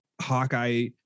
Hawkeye